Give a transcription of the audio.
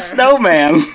Snowman